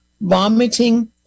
vomiting